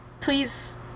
please